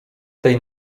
tej